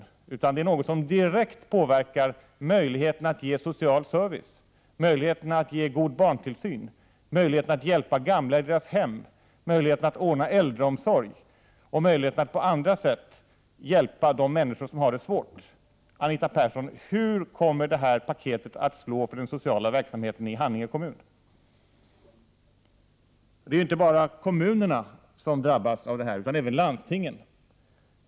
Det kommer att direkt påverka möjligheterna att ge social service, god barntillsyn, att hjälpa gamla i deras hem, att ordna äldreomsorg och att på andra sätt hjälpa de människor som har det svårt. Anita Persson, hur kommer det här paketet att slå för den sociala verksamheten i Haninge kommun? Det är inte bara kommunerna som drabbas av det här, utan även landstingen.